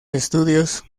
estudios